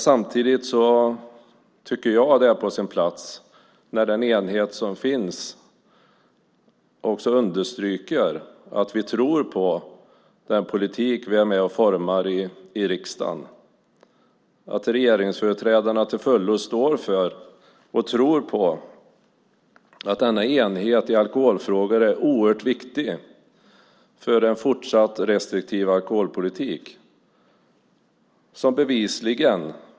Samtidigt tycker jag att det är på sin plats, när den enighet som finns också understryker att vi tror på den politik som vi är med och formar i riksdagen, att regeringsföreträdarna till fullo står för och tror på att denna enighet i alkoholfrågor är oerhört viktig för en fortsatt restriktiv alkoholpolitik.